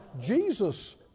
Jesus